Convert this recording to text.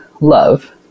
love